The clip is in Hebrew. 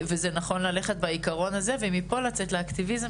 זה נכון ללכת בעיקרון הזה ומפה לצאת לאקטיביזם